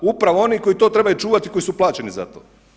Upravo oni koji to trebaju čuvati i koji su plaćeni za to.